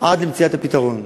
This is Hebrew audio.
עד למציאת הפתרון.